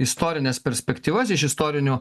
istorines perspektyvas iš istorinių